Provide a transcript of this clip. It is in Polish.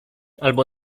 albo